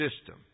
system